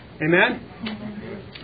Amen